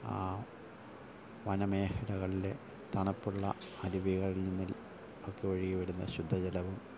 ആ വനമേഖലകളിലെ തണുപ്പുള്ള അരുവികളിൽനിന്ന് ഒക്കെ ഒഴുകി വരുന്ന ശുദ്ധജലവും